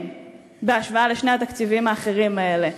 בהשוואה לשני התקציבים האחרים האלה.